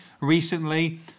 recently